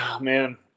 Man